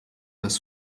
das